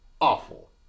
awful